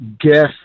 guess